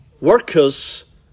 Workers